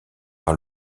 par